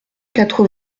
quatre